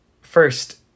First